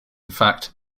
fact